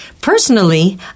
Personally